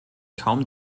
kaum